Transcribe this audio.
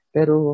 Pero